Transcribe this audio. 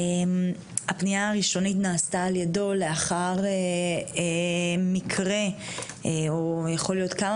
הפנייה הראשונית נעשתה על ידו לאחר מקרה או יכול להיות כמה